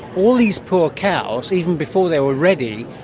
all these poor cows, even before they were ready,